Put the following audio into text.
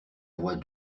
voix